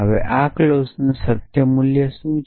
હવે આ ક્લોઝનું મૂલ્ય શું છે